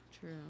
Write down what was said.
True